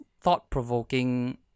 thought-provoking